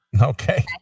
Okay